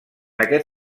aquest